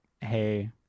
hey